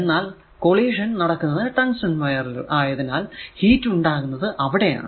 എന്നാൽ കോളീഷൻ നടക്കുന്നത് tungsten wire ൽ ആയതിനാൽ ഹീറ്റ് ഉണ്ടാകുന്നതും അവിടെയാണ്